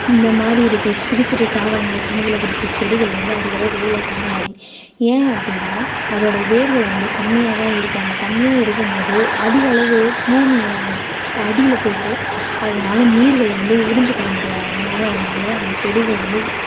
இந்த மாதிரி இருக்கிற சிறு சிறு தாவரங்கள் கனிகளை கொடுக்குற செடிகள் வந்து அதிகளவு வெயில் தாங்காது ஏன் அப்படீன்னா அதோடய வேர்கள் வந்து கம்மியாக தான் இருக்கும் அந்த கம்மியாக இருக்கும்போது அதிகளவு பூமிய அடியில் போய்ட்டு அதனால் நீர்கள் வந்து உறிஞ்சிக்கொள்ள முடியாது அதனால் வந்து அந்த செடிகள் வந்து